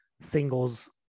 singles